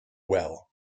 well